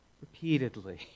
repeatedly